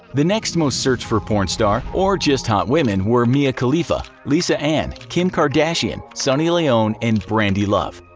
the next most searched for porn stars or just hot women were mia khalifa, lisa ann, kim kardashian, sunny leone and brandi love.